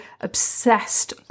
obsessed